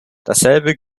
dasselbe